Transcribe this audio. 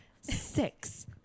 six